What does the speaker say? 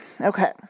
Okay